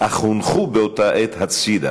אך הונחו באותה עת בצד,